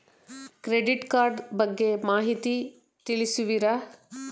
Credit card ಬಗ್ಗೆ ಮಾಹಿತಿ ತಿಳಿಸುವಿರಾ?